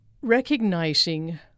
recognizing